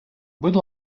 будь